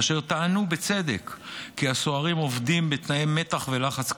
אשר טענו בצדק כי הסוהרים עובדים בתנאי מתח ולחץ קשים.